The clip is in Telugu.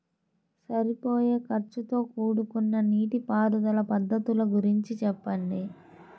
సరిపోయే ఖర్చుతో కూడుకున్న నీటిపారుదల పద్ధతుల గురించి చెప్పండి?